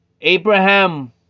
Abraham